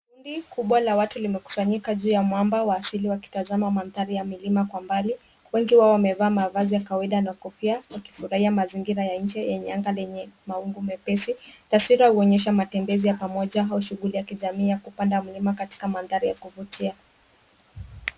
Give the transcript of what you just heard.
Kundi kubwa la watu limekusanyika juu ya mwamba wa asili wakitazama mandhari ya milima kwa mbali. Wengi wao wamevaa mavazi ya kawaida na kofia wakifurahia mazingira ya nje yenye anga lenye mawingu mepesi. Taswira huonyesha matembezi ya pamoja au shughuli ya kijamii ya kupanda mlima katika mandhari ya kuvutia.